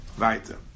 Weiter